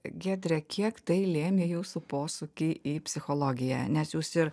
giedre kiek tai lėmė jūsų posūkį į psichologiją nes jūs ir